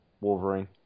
Wolverine